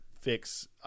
fix